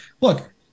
look